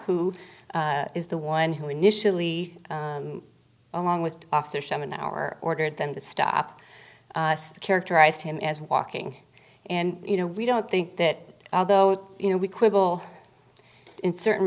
who is the one who initially along with officer sherman our ordered them to stop us characterized him as walking and you know we don't think that although you know we quibble in certain